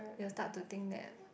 you will start to think that